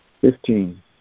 Fifteen